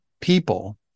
people